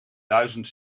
duizend